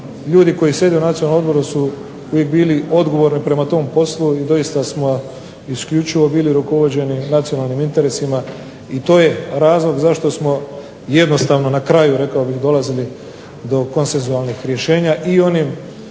ljudi koji sjede u Nacionalnom odboru su uvijek bili odgovorni prema tom poslu i doista smo isključivo bili rukovođeni nacionalnim interesima i to je razlog zašto smo jednostavno na kraju rekao bih dolazili do konsenzualnih rješenja i u onim